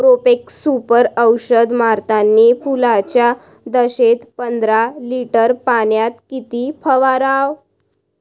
Profex Super औषध मारतानी फुलाच्या दशेत पंदरा लिटर पाण्यात किती फवाराव?